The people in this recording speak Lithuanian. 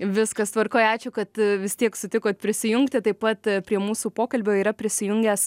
viskas tvarkoj ačiū kad vis tiek sutikot prisijungti taip pat prie mūsų pokalbio yra prisijungęs